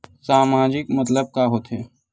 सामाजिक मतलब का होथे?